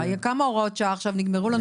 כמה הוראות שעה עכשיו נגמרו לנו.